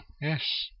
Yes